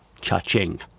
Cha-ching